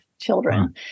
children